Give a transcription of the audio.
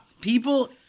People